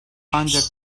ancak